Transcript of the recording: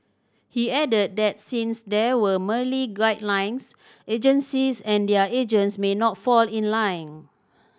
he added that since there were merely guidelines agencies and their agents may not fall in line